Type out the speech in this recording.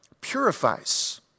purifies